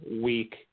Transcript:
week